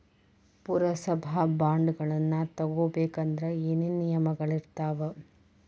ಪುರಸಭಾ ಬಾಂಡ್ಗಳನ್ನ ತಗೊಬೇಕಂದ್ರ ಏನೇನ ನಿಯಮಗಳಿರ್ತಾವ?